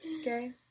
Okay